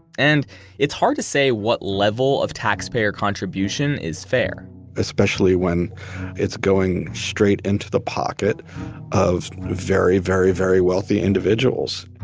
and it's hard to say what level of taxpayer contribution is fair especially when it's going straight into the pocket of very, very, very wealthy individuals